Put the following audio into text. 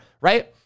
right